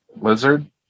Lizard